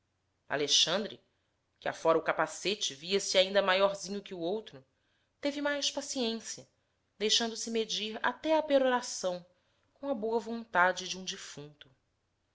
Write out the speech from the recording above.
alexandre que afora o capacete via-se ainda maiorzinho que o outro teve mais paciência deixando-se medir até à peroração com a boa vontade de um defunto